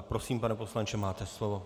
Prosím pane poslanče, máte slovo.